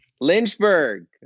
Lynchburg